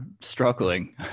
struggling